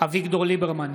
אביגדור ליברמן,